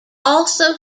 also